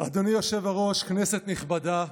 אדוני היושב-ראש, כנסת נכבדה,